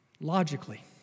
logically